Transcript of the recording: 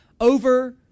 over